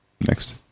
Next